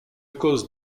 cause